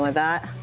ah that.